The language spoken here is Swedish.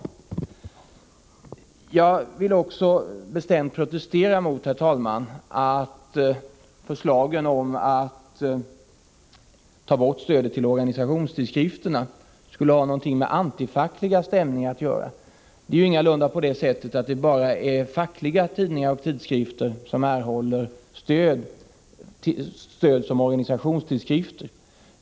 Herr talman! Jag vill också bestämt protestera mot att förslagen om att ta bort stödet till organisationstidskrifterna skulle ha någonting med antifackliga stämningar att göra. Det är ju ingalunda på det sättet att det bara är fackliga tidningar och tidskrifter som erhåller stöd som organisationstidskrifter.